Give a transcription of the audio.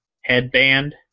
headband